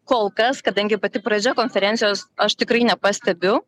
kol kas kadangi pati pradžia konferencijos aš tikrai nepastebiu